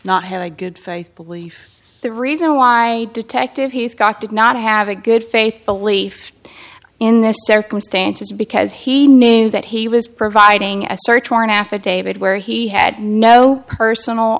not have a good faith belief the reason why detective he's got did not have a good faith belief in the circumstances because he knew that he was providing a search warrant affidavit where he had no personal